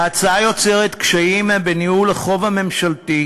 ההצעה יוצרת קשיים בניהול החוב הממשלתי.